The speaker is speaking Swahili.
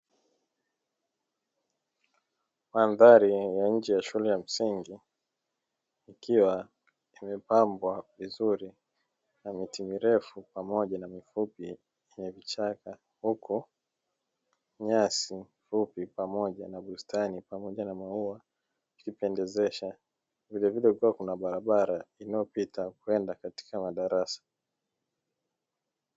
Mandhari ya nje ya shule ya msingi ikiwa imepambwa vizuri na miti mirefu pamoja na mifupi yenye vichaka, huku nyasi fupi pamoja na bustani pamoja na maua vikipendezesha, vilevile pia kuna barabara inayopita kwenda katika madarasa.